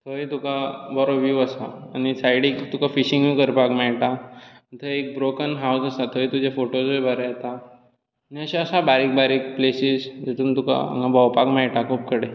थंय तुका बरो व्हिव आसा आनी सायडीक तुका फिशींग करपाक मेळटा थंय एक ब्रोकन हावज आसा थंय तुजे फोटोज बीन बरे येता आनी अशें आसा बारीक बारीक प्लेसीज आसा जितूंत तुका भोंवपाक मेळटा खूब कडेन